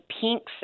pinks